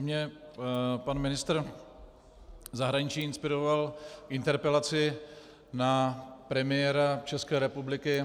Mne pan ministr zahraničí inspiroval k interpelaci na premiéra České republiky,